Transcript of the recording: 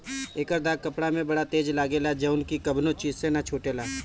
एकर दाग कपड़ा में बड़ा तेज लागेला जउन की कवनो चीज से ना छुटेला